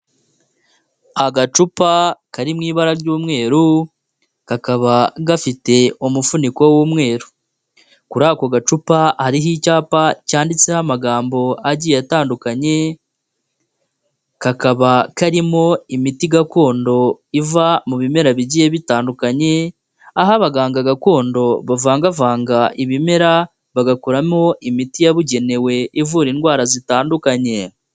Agacupa kari mu ibara ry'umweru, kakaba gafite umufuniko w'umweru, kuri ako gacupa hariho icyapa cyanditseho amagambo agiye atandukanye, kakaba karimo imiti gakondo iva mu bimera bigiye bitandukanye, aho abaganga gakondo bavangavanga ibimera bagakuramo imiti yabugenewe ivura indwara zitandukanye.